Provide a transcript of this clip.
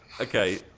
Okay